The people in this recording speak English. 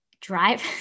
drive